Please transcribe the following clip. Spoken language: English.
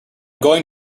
going